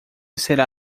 será